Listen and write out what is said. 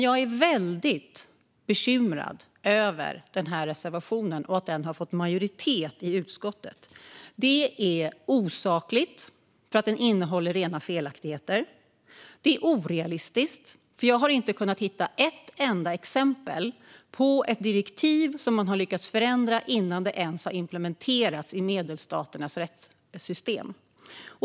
Jag är dock mycket bekymrad över det tillkännagivande som utskottsmajoriteten ställt sig bakom. Det är osakligt eftersom det innehåller rena felaktigheter. Det är orealistiskt eftersom jag inte har hittat ett enda exempel på ett direktiv som man har lyckats förändra innan det ens har implementerats i medlemsstaternas rättssystem.